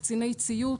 קציני ציות,